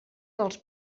dels